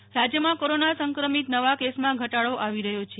રાજ્ય કોરોના રાજ્યમાં કોરોના સંક્રમિત નવા કેસમાં ઘટાડો આવી રહ્યો છે